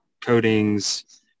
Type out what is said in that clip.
Coatings